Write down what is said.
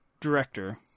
director